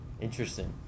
Interesting